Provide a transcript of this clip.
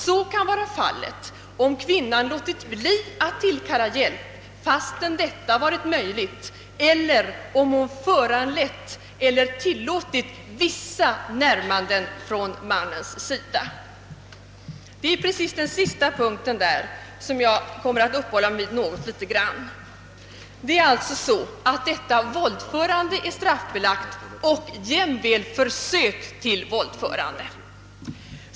— »Så kan vara fallet om kvinnan låtit bli att tillkalla hjälp, fastän detta varit möjligt, eller om hon föranlett eller tilllåtit vissa närmanden från mannens sida.» Det är just den sista punkten som jag kommer att uppehålla mig vid en smula. Våldförande är alltså straffbelagt och jämväl försök till våldförande.